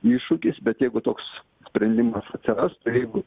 iššūkis bet jeigu toks sprendimas atsirastų jeigu